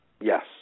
Yes